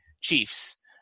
Chiefs